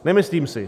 Nemyslím si.